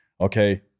Okay